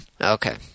Okay